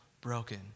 broken